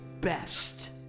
best